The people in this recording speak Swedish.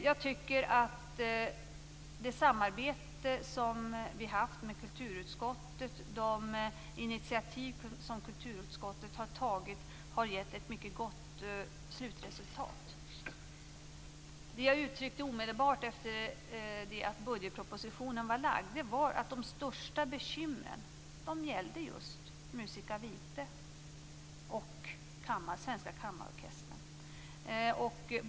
Jag tycker att det samarbete som vi har haft med kulturutskottet och de initiativ som kulturutskottet har tagit har gett ett mycket gott slutresultat. Omedelbart efter det att budgetpropositionen var framlagd uttryckte jag att de största bekymren gällde Musica Vitae och Svenska kammarorkestern.